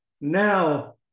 Now